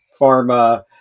pharma